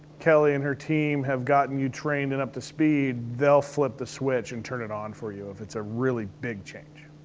kelly and her team have gotten you trained and up to speed, they'll flip the switch and turn it on for you if it's a really big change.